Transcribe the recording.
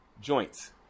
joints